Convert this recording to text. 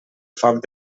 foc